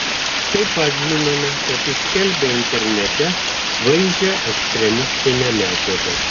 taip pat žinome kad jis skelbė internete vaizdžią ekstremistinę medžiagą